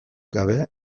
gabe